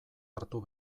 hartu